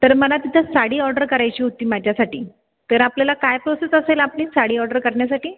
तर मला तिथं साडी ऑर्डर करायची होती माझ्यासाठी तर आपल्याला काय प्रोसेस असेल आपली साडी ऑर्डर करण्यासाठी